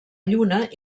lluna